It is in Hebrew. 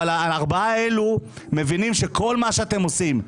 אבל הארבעה האלה מבינים שכל מה שאתם עושים,